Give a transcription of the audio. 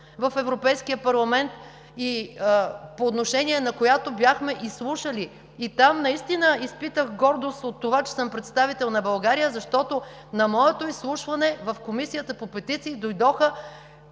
в Европейския парламент и по отношение на която бяхме изслушани и там, наистина изпитах гордост от това, че съм представител на България, защото на моето изслушване в Комисията по петиции, дойдоха